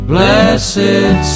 Blessed